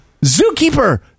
Zookeeper